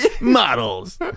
models